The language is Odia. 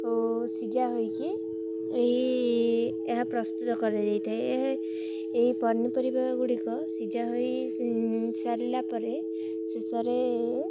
ଓ ସିଝା ହୋଇକି ଏହି ଏହା ପ୍ରସ୍ତୁତ କରାଯାଇ ଥାଏ ଏହା ଏହି ପନିପରିବା ଗୁଡ଼ିକ ସିଝା ହୋଇ ସାରିଲା ପରେ ଶେଷରେ